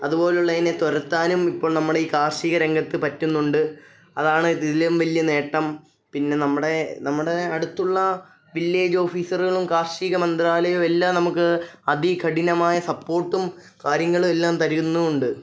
അതുപോലെ ഉള്ളതിനെ തുരത്താനും ഇപ്പോൾ നമ്മുടെ ഈ കാർഷിക രംഗത്ത് പറ്റുന്നുണ്ട് അതാണ് ഇതിലും വലിയ നേട്ടം പിന്നെ നമ്മുടെ നമ്മുടെ അടുത്തുള്ള വില്ലേജ് ഓഫീസറ്കളും കാർഷിക മന്ത്രാലയവുവെല്ലാം നമുക്ക് അതികഠിനമായ സപ്പോട്ടും കാര്യങ്ങളുവെല്ലാം തരുന്നുവുണ്ട്